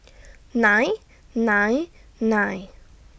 nine nine nine